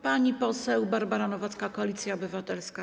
Pani poseł Barbara Nowacka, Koalicja Obywatelska.